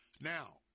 Now